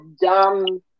dumb